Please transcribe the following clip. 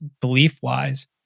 belief-wise